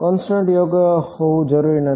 constant યોગ્ય હોવું જરૂરી નથી